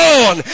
on